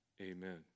amen